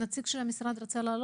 נציג של המשרד להגנת הסביבה רצה לעלות?